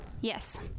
yes